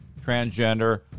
transgender